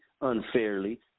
unfairly